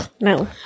No